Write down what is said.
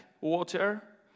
water